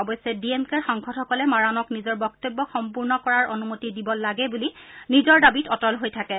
অৱশ্যে ডি এম কেৰ সাংসদসকলে মাৰাণক নিজৰ বক্তব্যক সম্পূৰ্ণ কৰাৰ অনুমতি দিব লাগে বুলি নিজৰ দাবীত অটল হৈ থাকে